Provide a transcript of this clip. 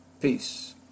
Peace